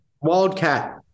Wildcat